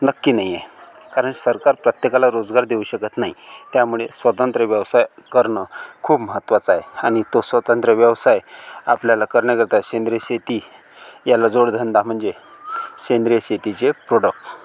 नक्की नाही आहे कारण सरकार प्रत्येकाला रोजगार देऊ शकत नाही त्यामुळे स्वतंत्र व्यवसाय करणं खूप महत्त्वाचं हाय आणि तो स्वतंत्र व्यवसाय आपल्याला करण्याकरता सेंद्रिय शेती याला जोडधंदा म्हणजे सेंद्रिय शेतीचे प्रोडक्ट